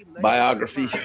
biography